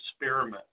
experiment